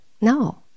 No